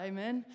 Amen